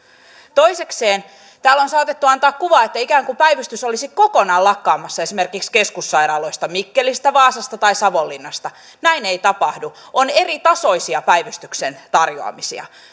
toisekseen täällä on saatettu antaa kuva että ikään kuin päivystys olisi kokonaan lakkaamassa esimerkiksi keskussairaaloista mikkelistä vaasasta tai savonlinnasta näin ei tapahdu on eritasoisia päivystyksen tarjoamisia